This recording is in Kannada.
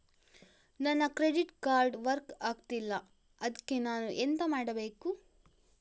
ನನ್ನ ಕ್ರೆಡಿಟ್ ಕಾರ್ಡ್ ವರ್ಕ್ ಆಗ್ತಿಲ್ಲ ಅದ್ಕೆ ನಾನು ಎಂತ ಮಾಡಬೇಕು?